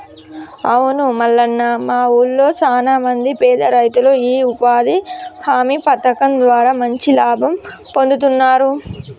అవును మల్లన్న మా ఊళ్లో సాన మంది పేద రైతులు ఈ ఉపాధి హామీ పథకం ద్వారా మంచి లాభం పొందుతున్నారు